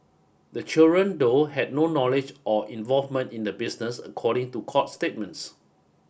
the children though had no knowledge or involvement in the business according to court statements